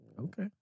Okay